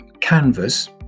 canvas